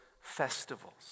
festivals